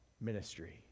ministry